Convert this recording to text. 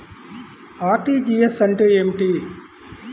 RTGS అంటే ఏమిటి?